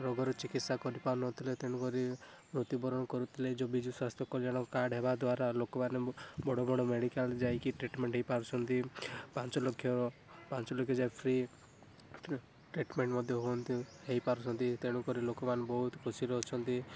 ରୋଗର ଚିକିତ୍ସା କରିପାରୁନଥିଲେ ତେଣୁକରି ମୃତ୍ୟୁବରଣ କରୁଥିଲେ ଏ ଯେଉଁ ବିଜୁ ସ୍ୱାସ୍ଥ୍ୟ କଲ୍ୟାଣ କାର୍ଡ଼୍ ହେବାଦ୍ୱାରା ଲୋକମାନେ ବଡ଼ବଡ଼ ମେଡ଼ିକାଲ୍ ଯାଇକି ଟ୍ରିଟମେଣ୍ଟ୍ ହେଇପାରୁଛନ୍ତି ପାଞ୍ଚଲକ୍ଷ ପାଞ୍ଚଲକ୍ଷ ଯାଏଁ ଫ୍ରି ଟ୍ରିଟମେଣ୍ଟ୍ ମଧ୍ୟ ହୁଅନ୍ତି ହେଇପାରୁଛନ୍ତି ତେଣୁ କରି ଲୋକମାନେ ବହୁତ ଖୁସିରେ ଅଛନ୍ତି